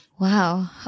Wow